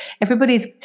everybody's